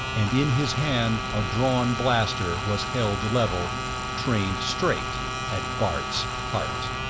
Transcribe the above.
and in his hand a drawn blaster was held level trained straight at bart's heart.